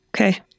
Okay